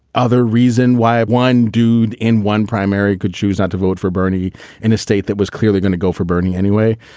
other reason why one dude in one primary could choose not to vote for bernie in a state that was clearly going to go for bernie anyway.